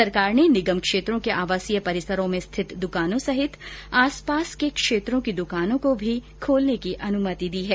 सरकार ने निगम क्षेत्रों के आवासीय परिसरों में स्थित दुकानों सहित आसपास के क्षेत्रों की दुकानों को भी खोलने की अनुमति दी है